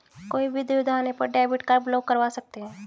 कोई भी दुविधा आने पर डेबिट कार्ड ब्लॉक करवा सकते है